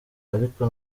ariko